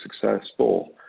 successful